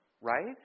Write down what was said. Right